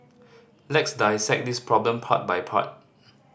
let's dissect this problem part by part